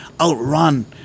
Outrun